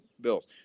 Bills